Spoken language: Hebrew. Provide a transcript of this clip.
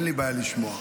אין לי בעיה לשמוע.